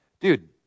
Dude